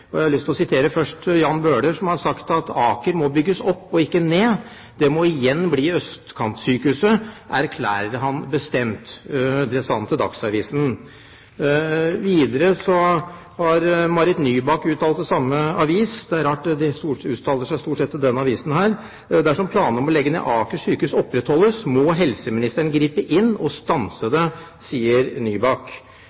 Jeg har lyst til å sitere først Jan Bøhler: «Aker må bygges opp, og ikke ned. Det må igjen bli Østkantsykehuset, erklærte han bestemt.» Det sa han til Dagsavisen. Videre uttalte Marit Nybakk til samme avis – det er rart, de uttaler seg stort sett til denne avisen: «Dersom planene om å legge ned Aker sykehus opprettholdes, må helseministeren gripe inn og stanse